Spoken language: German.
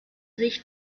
sich